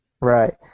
Right